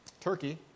Turkey